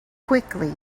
quickly